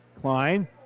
Klein